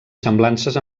semblances